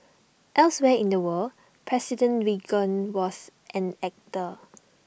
elsewhere in the world president Reagan was an actor